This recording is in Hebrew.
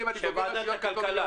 שוועדת הכלכלה